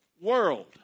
world